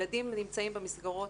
ילדים נמצאים במסגרות,